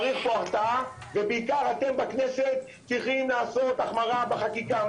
צריך פה הרתעה ובעיקר אתם בכנסת צריכים לעשות החמרה בחקיקה.